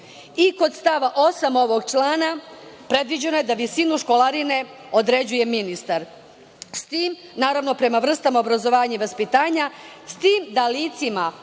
stava 8. ovog amandmana predviđeno je da visinu školarine određuje ministar, naravno prema vrstama obrazovanja i vaspitanja, s tim da lica,